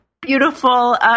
beautiful